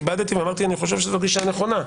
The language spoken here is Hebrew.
כיבדתי ואמרתי שאני חושב שזו גישה נכונה,